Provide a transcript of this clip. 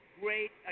great